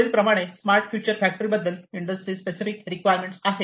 वरील प्रमाणे smart future factory बद्दल इंडस्ट्री स्पेसिफिक रिक्वायरमेंट आहेत